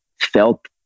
felt